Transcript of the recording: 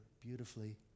beautifully